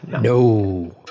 No